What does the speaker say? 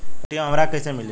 ATM हमरा के कइसे मिली?